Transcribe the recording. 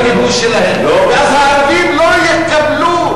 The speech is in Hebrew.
אז הערבים לא יקבלו,